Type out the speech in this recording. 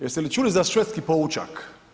Jeste li čuli za švedski poučak?